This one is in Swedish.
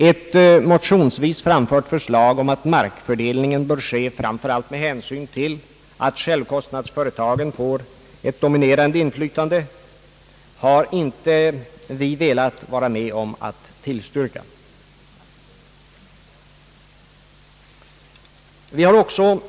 Ett motionsvis framfört förslag om att markfördelningen bör ske framför allt med hänsyn till att självkostnadsföretagen får ett dominerande inflytande har vi inte velat vara med om att tillstyrka.